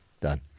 Done